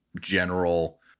general